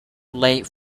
late